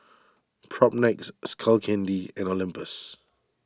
Propnex Skull Candy and Olympus